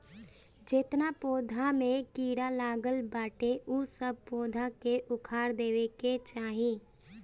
जेतना पौधा पे कीड़ा लागल बाटे उ सब पौधा के उखाड़ देवे के चाही